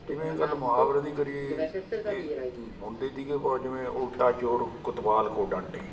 ਜਿਵੇਂ ਗੱਲ ਮੁਹਾਵਰੇ ਦੀ ਕਰੀਏ ਹੁੰਦੇ ਤੀਗੇ ਪਰ ਜਿਵੇਂ ਉਲਟਾ ਚੋਰ ਕੁਤਬਾਲ ਕੋ ਡਾਂਟੇ